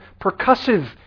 percussive